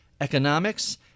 Economics